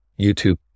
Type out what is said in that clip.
YouTube